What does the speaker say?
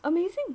amazing